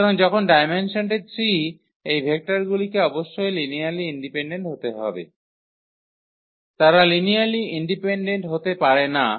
সুতরাং যখন ডায়মেনসনটি 3 এই ভেক্টরগুলিকে অবশ্যই লিনিয়ারলি ইন্ডিপেনডেন্ট হতে হবে তারা লিনিয়ারলি ইন্ডিপেনডেন্ট হতে পারে না